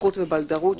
שליחות ובלדרות,